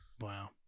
Wow